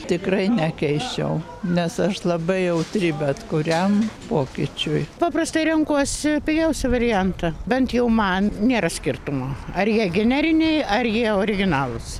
tikrai nekeisčiau nes aš labai jautri bet kuriam pokyčiui paprastai renkuosi pigiausią variantą bent jau man nėra skirtumo ar jie generiniai ar jie originalūs